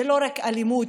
זו לא רק אלימות